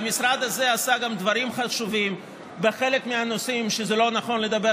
והמשרד הזה גם עשה דברים חשובים בחלק מהנושאים שלא נכון לדבר